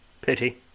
Pity